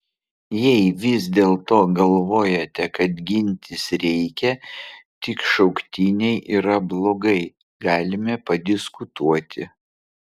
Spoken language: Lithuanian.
jei vis dėlto galvojate kad gintis reikia tik šauktiniai yra blogai galime padiskutuoti